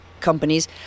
companies